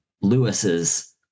Lewis's